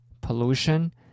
pollution